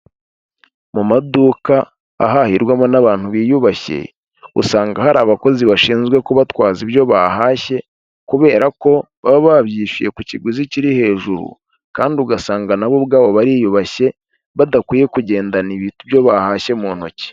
Mu maduka ahahirwamo n'abantu biyubashye, usanga hari abakozi bashinzwe kubatwaza ibyo bahashye kubera ko baba babyishyuye ku kiguzi kiri hejuru kandi ugasanga na bo ubwabo bariyubashye badakwiye kugendana ibiryo bahashye mu ntoki.